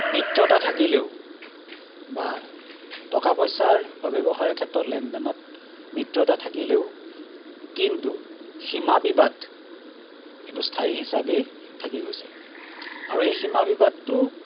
মিত্ৰতা থাকিলেও বা টকা পইচাৰ বা ব্যৱসায়ৰ ক্ষেত্ৰত লেনদেনত মিত্ৰতা থাকিলেও কিন্তু সীমাবিবাদ এইটো স্থায়ী হিচাপেই থাকি গৈছে আৰু এই সীমাবিবাদটো